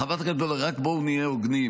חברת הכנסת בן ארי, בואו נהיה הוגנים.